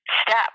step